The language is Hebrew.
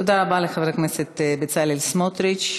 תודה רבה לחבר הכנסת בצלאל סמוטריץ.